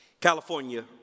California